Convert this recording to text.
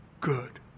good